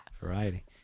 Variety